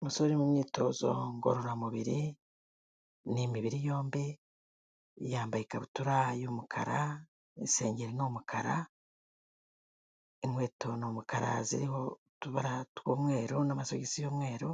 Umusore uri mu myitozo ngororamubiri, ni imibiri yombi, yambaye ikabutura y'umukara, isengeri ni umukara, inkweto ni umukara ziriho utubara tw'umweru n'amasogisi y'umweru,